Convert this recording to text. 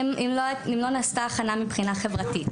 גם אם לא נעשתה הכנה מבחינה חברתית,